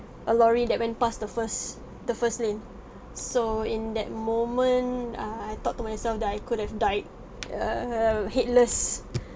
a lorry that went pass the first the first lane so in that moment I thought to myself that I could have died err headless